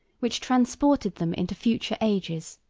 which transported them into future ages,